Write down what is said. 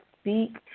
speak